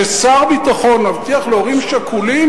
ששר ביטחון מבטיח להורים שכולים,